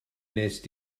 wnest